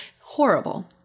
Horrible